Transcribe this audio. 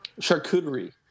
Charcuterie